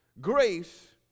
Grace